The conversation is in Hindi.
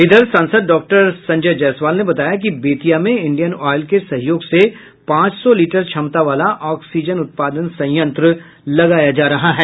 इधर सांसद डॉक्टर संजय जायसवाल ने बताया कि बेतिया में इंडियन ऑयल के सहयोग से पांच सौ लीटर क्षमता वाला ऑक्सीजन उत्पादन संयंत्र लगाया जा रहा है